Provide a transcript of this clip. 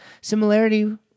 similarity